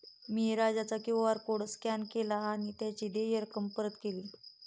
मी राजाचा QR code scan केला आणि त्याची देय रक्कम परत केली